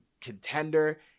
contender